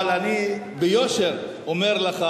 אבל אני ביושר אומר לך: